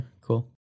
cool